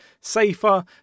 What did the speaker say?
safer